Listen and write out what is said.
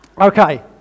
Okay